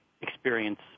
experience